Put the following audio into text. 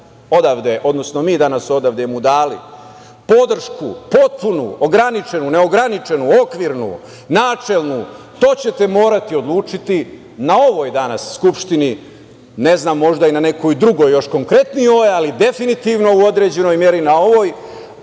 kakvu mu mi dana odavde dali podršku, potpunu, ograničenu, neograničenu, okvirnu, načelnu, to ćete morati odlučiti na ovoj danas Skupštini. Možda i na nekoj drugoj, još konkretnijoj, ali definitivno u određenoj meri na ovoj,